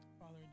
Father